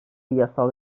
yasal